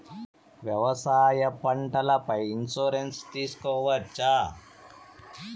వ్యవసాయ పంటల పై ఇన్సూరెన్సు తీసుకోవచ్చా?